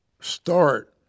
start